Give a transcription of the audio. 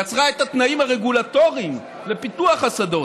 יצרה את התנאים הרגולטוריים לפיתוח השדות.